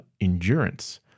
endurance